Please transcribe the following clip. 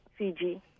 CG